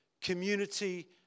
community